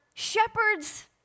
shepherds